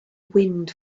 wind